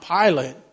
Pilate